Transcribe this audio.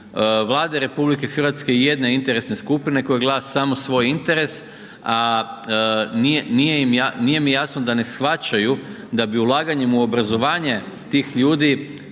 Vlade RH i jedne interesne skupine koja gleda samo svoj interes, a nije, nije mi jasno da ne shvaćaju da bi ulaganjem u obrazovanje tih ljudi,